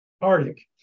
Arctic